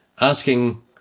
asking